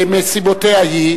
מסיבותיה שלה,